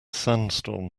sandstorm